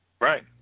Right